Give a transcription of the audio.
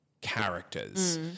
characters